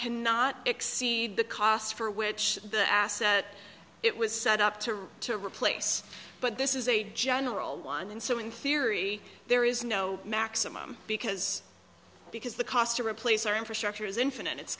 cannot exceed the costs for which the asset it was set up to to replace but this is a general one so in theory there is no maximum because because the cost to replace our infrastructure is infinite it's